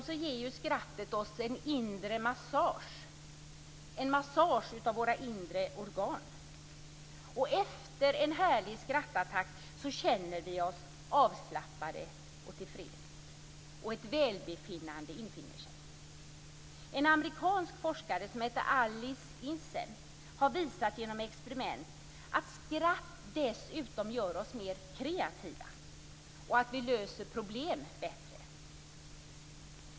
Dessutom ger skrattet oss en inre massage, en massage av våra inre organ. Efter en härlig skrattattack känner vi oss avslappnade och tillfreds, och ett välbefinnande infinner sig. En amerikansk forskare har genom experiment visat att skratt dessutom gör oss mer kreativa och gör att vi löser problem bättre.